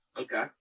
Okay